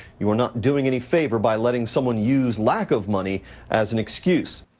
you are not doing any favor by letting someone use lack of money as an excuse.